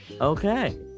okay